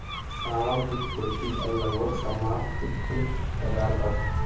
सांवा की खेती अब लगभग समाप्ति के कगार पर है